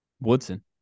Woodson